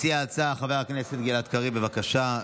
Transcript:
מציע ההצעה, חבר הכנסת גלעד קריב, בבקשה.